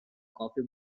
coffee